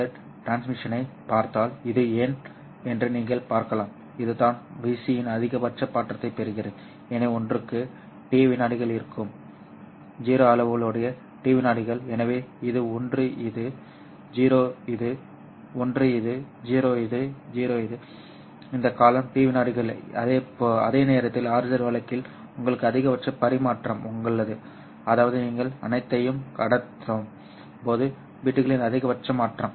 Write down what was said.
Z டிரான்ஸ்மிஷனைப் பார்த்தால் இது ஏன் என்று நீங்கள் பார்க்கலாம் இதுதான் வீச்சின் அதிகபட்ச மாற்றத்தைப் பெறுகிறது எனவே ஒன்றுக்கு T விநாடிகள் இருக்கும் 0 அவளுடைய T விநாடிகள் எனவே இது 1 இது இது 0 இது 1 இது 0 இது 0 இந்த காலம் T விநாடிகள் அதே நேரத்தில் RZ வழக்கில் உங்களுக்கு அதிகபட்ச பரிமாற்றம் உள்ளது அதாவது நீங்கள் அனைத்தையும் கடத்தும் போது பிட்களின் அதிகபட்ச மாற்றம்